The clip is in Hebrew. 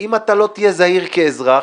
ואם לא תהיה זהיר כאזרח.